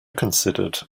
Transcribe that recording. considered